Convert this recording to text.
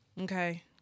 Okay